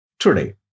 Today